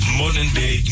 modern-day